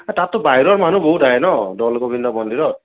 এ তাততো বাহিৰৰ মানুহ বহুত আহে ন দৌল গোবিন্দ মন্দিৰত